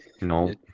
No